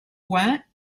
points